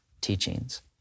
teachings